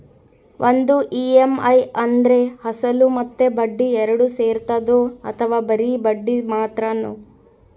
ಒಂದು ಇ.ಎಮ್.ಐ ಅಂದ್ರೆ ಅಸಲು ಮತ್ತೆ ಬಡ್ಡಿ ಎರಡು ಸೇರಿರ್ತದೋ ಅಥವಾ ಬರಿ ಬಡ್ಡಿ ಮಾತ್ರನೋ?